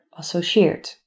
associeert